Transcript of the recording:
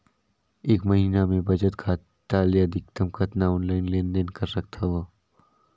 एक महीना मे बचत खाता ले अधिकतम कतना ऑनलाइन लेन देन कर सकत हव?